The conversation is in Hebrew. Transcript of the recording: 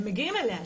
הם מגיעים אליה.